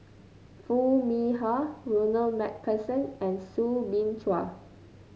Foo Mee Har Ronald MacPherson and Soo Bin Chua